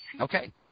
Okay